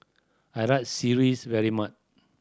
I like sireh very much